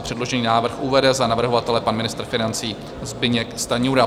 Předložený návrh uvede za navrhovatele pan ministr financí Zbyněk Stanjura.